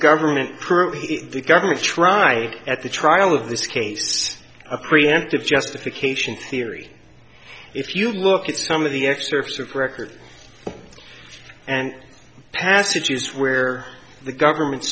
government the government tried at the trial of this case a preemptive justification theory if you look at some of the excerpts of record and passages where the government